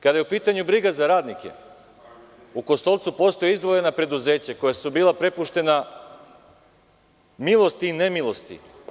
Kada je u pitanju briga za radnike, u Kostolcu postoje izdvojena preduzeća koja su bila prepuštena milosti i nemilosti.